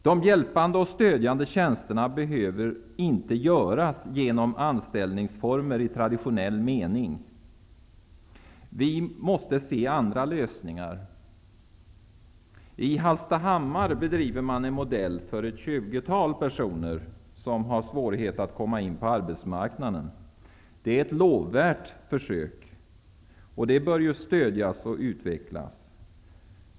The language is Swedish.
De hjälpande och stödjande tjänsterna behöver inte göras genom ansställningsformer i traditionell mening. Vi måste se på andra lösningar. I Hallstahammar bedriver man en verksamhet för ett tjugotal personer som har svårigheter med att komma in på arbetsmarknaden. Det är ett lovvärt försök som bör stödjas och utvecklas.